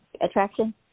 attraction